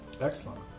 Excellent